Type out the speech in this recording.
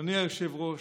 אדוני היושב-ראש,